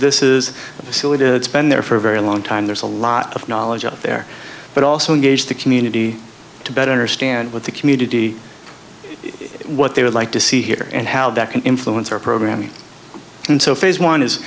this is silly to spend there for a very long time there's a lot of knowledge out there but also engage the community to better understand what the community what they would like to see here and how that can influence our program and so phase one is